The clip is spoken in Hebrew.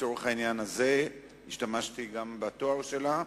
לצורך העניין הזה השתמשתי גם בתואר שלה,